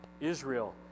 Israel